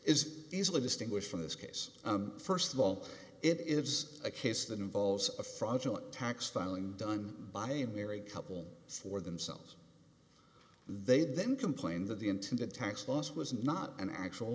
is easily distinguished from this case first of all it is a case that involves a fraudulent tax filing done by a married couple for themselves they'd then complain that the into the tax loss was not an actual